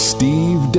Steve